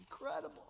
Incredible